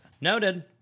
Noted